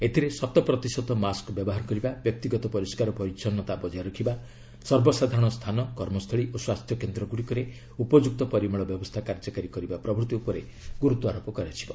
ଏଥିରେ ଶତ ପ୍ରତିଶତ ମାସ୍କ୍ ବ୍ୟବହାର କରିବା ବ୍ୟକ୍ତିଗତ ପରିସ୍କାର ପରିଚ୍ଚନ୍ନତା ବଜାୟ ରଖିବା ସର୍ବସାଧାରଣ ସ୍ଥାନ କର୍ମସ୍ଥଳୀ ଓ ସ୍ୱାସ୍ଥ୍ୟ କେନ୍ଦ୍ର ଗୁଡ଼ିକରେ ଉପଯୁକ୍ତ ପରିମଳ ବ୍ୟବସ୍ଥା କାର୍ଯ୍ୟକାରୀ କରିବା ପ୍ରଭୃତି ଉପରେ ଗୁରୁତ୍ୱାରୋପ କରାଯିବ